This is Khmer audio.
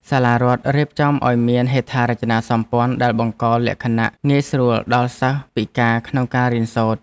សាលារដ្ឋរៀបចំឱ្យមានហេដ្ឋារចនាសម្ព័ន្ធដែលបង្កលក្ខណៈងាយស្រួលដល់សិស្សពិការក្នុងការរៀនសូត្រ។